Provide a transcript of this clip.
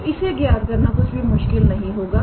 तो इसे ज्ञात करना कुछ भी मुश्किल नहीं होगा